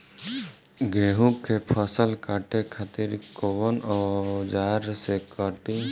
गेहूं के फसल काटे खातिर कोवन औजार से कटी?